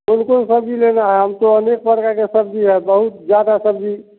कौन कौन सब्ज़ी लेना है हम तो अनेक प्रकार का सब्ज़ी है बहुत ज़्यादा सब्ज़ी